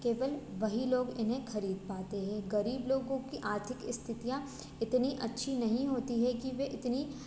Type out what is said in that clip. केवल वही लोग इन्हें ख़रीद पाते हैं ग़रीब लोगों की आर्थिक स्थितियाँ इतनी अच्छी नहीं होती है कि वे इतनी